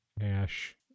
Ash